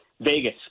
Vegas